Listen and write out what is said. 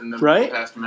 right